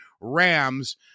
Rams